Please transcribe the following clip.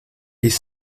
noch